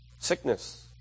sickness